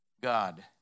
god